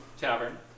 Tavern